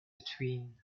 between